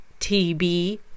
TB